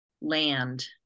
land